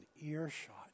earshot